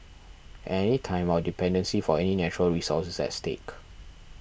at any time our dependency for any natural resource is at stake